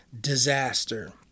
disaster